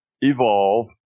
evolve